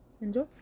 enjoy